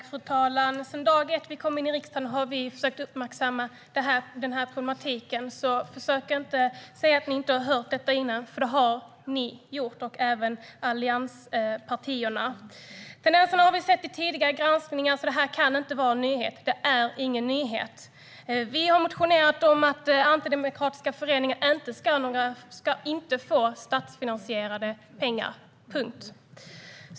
Fru talman! Sedan vi kom in i riksdagen har vi försökt att uppmärksamma den här problematiken. Försök inte att säga att ni inte har hört detta förut, för det har både ni och allianspartierna gjort. Tendenserna har vi sett i tidigare granskningar, så detta kan inte vara någon nyhet - det är ingen nyhet! Vi har motionerat om att antidemokratiska föreningar inte ska få några statsfinansierade bidrag.